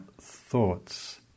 thoughts